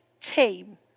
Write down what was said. team